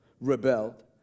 rebelled